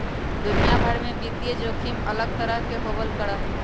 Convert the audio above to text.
दुनिया भर में वित्तीय जोखिम अलग तरह के होबल करा हई